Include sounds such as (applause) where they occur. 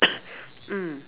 (coughs) mm